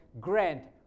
Grant